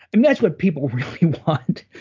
and that's what people really want,